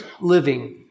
living